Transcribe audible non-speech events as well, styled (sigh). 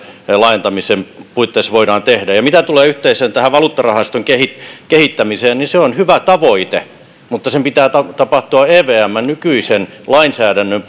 laajentamisen puitteissa voidaan tehdä mitä tulee tähän yhteisen valuuttarahaston kehittämiseen kehittämiseen niin se on hyvä tavoite mutta sen pitää tapahtua evmn nykyisen lainsäädännön (unintelligible)